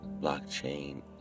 blockchain